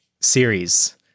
series